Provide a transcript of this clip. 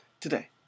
Today